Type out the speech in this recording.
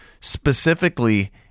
Specifically